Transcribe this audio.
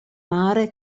mare